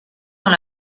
dans